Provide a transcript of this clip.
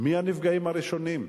מי הנפגעים הראשונים?